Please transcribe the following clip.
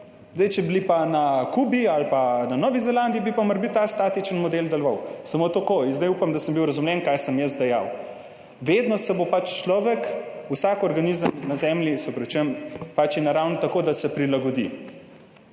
Če bi bili pa na Kubi ali pa na Novi Zelandiji, bi pa morebiti ta statični model deloval. Samo tako in zdaj upam, da sem bil razumljen, kaj sem jaz dejal. Vedno se bo pač človek, vsak organizem na zemlji, se opravičujem, pač je naravno tako, da se prilagodi,